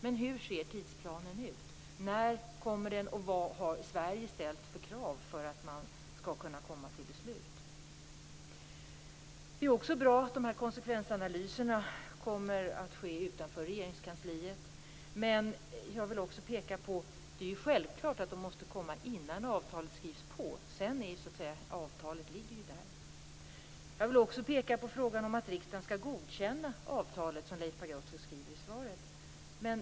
Men hur ser tidsplanen ut? När kommer den? Vilka krav har Sverige ställt för att man skall kunna komma till beslut? Det är också bra att konsekvensanalyserna kommer att ske utanför Regeringskansliet. Men det är ju självklart att de måste komma innan avtalet skrivs på - sedan ligger ju avtalet där. Jag vill också peka på frågan om att riksdagen skall godkänna avtalet, som Leif Pagrotsky skriver i svaret.